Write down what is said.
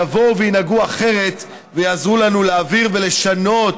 יבואו וינהגו אחרת ויעזרו לנו להעביר ולשנות